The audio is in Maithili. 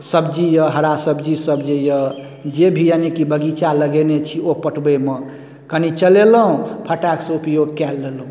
सब्जी सब जे यऽ हरा सब्जी सब जे यऽ जे भी यानि कि बगीचा लगेने छी ओ पटबैमे कनी चलेलहुँ फटाकसँ उपयोग कए लेलहुँ